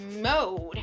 mode